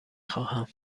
خواهم